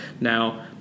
Now